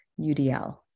UDL